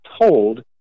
told